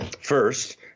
first